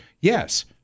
yes